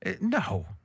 No